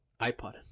iPod